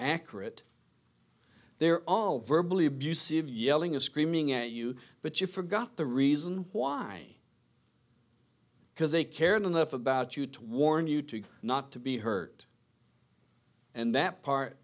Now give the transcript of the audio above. accurate they're all verbal abusive yelling and screaming at you but you forgot the reason why because they care enough about you to warn you to not to be hurt and that part